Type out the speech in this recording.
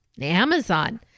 Amazon